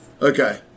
Okay